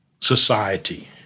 society